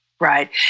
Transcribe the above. Right